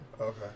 Okay